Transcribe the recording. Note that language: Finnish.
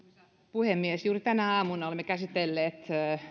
puhemies juuri tänä aamuna olemme käsitelleet